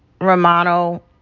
romano